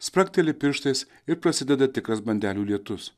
spragteli pirštais ir prasideda tikras bandelių lietus